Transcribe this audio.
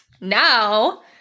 Now